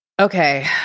Okay